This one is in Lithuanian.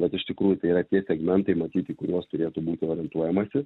bet iš tikrųjų tai yra tie segmentai matyt į kuriuos turėtų būti orientuojamasi